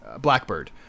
blackbird